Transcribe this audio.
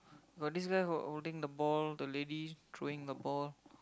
got this girl hold holding the ball the lady throwing her ball